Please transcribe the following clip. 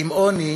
עם עוני